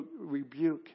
rebuke